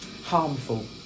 harmful